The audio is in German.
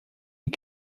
die